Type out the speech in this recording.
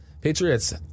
Patriots